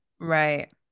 Right